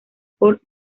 por